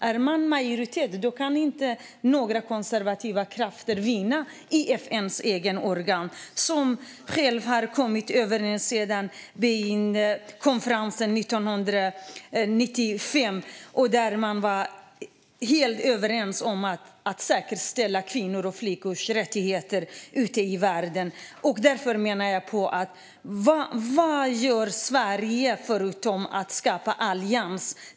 Är man en majoritet kan inte några konservativa krafter vinna i FN:s eget organ, som har varit överens sedan Beijingkonferensen 1995 om att säkerställa kvinnors och flickors rättigheter ute i världen. Därför undrar jag vad Sverige gör, förutom att skapa allianser?